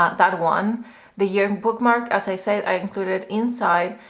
that that one the year bookmark as i said, i included inside,